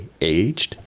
aged